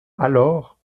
alors